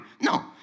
No